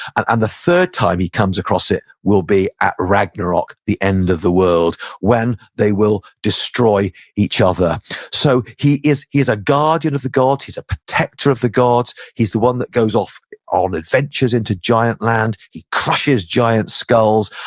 and the third time he comes across it will be at ragnarok, the end of the world when they will destroy each other so he is he is a guardian of the gods. he's a protector of the gods. he's the one that goes off on adventures into giant land. he crushes giants' skulls.